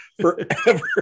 forever